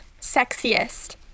sexiest